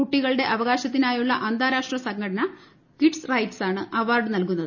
കുട്ടികളുടെ അവകാശത്തിനായുള്ള അന്താരാഷ്ട്ര സംഘടന കിഡ്സ്റൈറ്റ് സാണ്അവാർഡ് നൽകുന്നത്